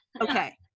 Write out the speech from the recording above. Okay